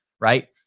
right